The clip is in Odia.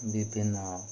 ବିଭିନ୍ନ